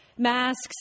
masks